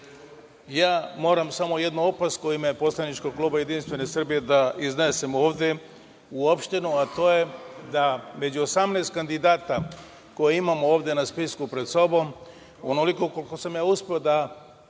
ja moram samo jednu opasku u ime poslaničkog kluba Jedinstvene Srbije da iznesem ovde uopšteno. To je da među 18 kandidata koje imamo ovde na spisku pred sobom, onoliko koliko sam uspeo da